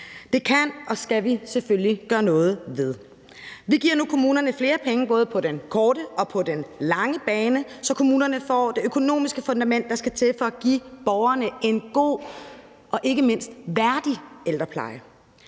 Det kan og skal vi selvfølgelig gøre noget ved. Vi giver nu kommunerne flere penge både på den korte og på den lange bane, så kommunerne får det økonomiske fundament, der skal til for at give borgerne en god og ikke mindst værdig ældrepleje.